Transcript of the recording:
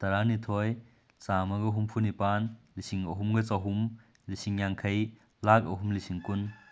ꯇꯔꯥꯅꯤꯊꯣꯏ ꯆꯥꯝꯃꯒ ꯍꯨꯝꯐꯨꯅꯤꯄꯥꯜ ꯂꯤꯁꯤꯡ ꯑꯍꯨꯝꯒ ꯆꯍꯨꯝ ꯂꯤꯁꯤꯡ ꯌꯥꯡꯈꯩ ꯂꯥꯈ ꯑꯍꯨꯝ ꯂꯤꯁꯤꯡ ꯀꯨꯟ